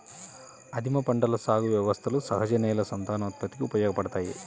ఆదిమ పంటల సాగు వ్యవస్థలు సహజ నేల సంతానోత్పత్తికి ఉపయోగపడతాయి